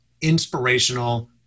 inspirational